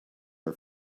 her